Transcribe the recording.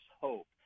hope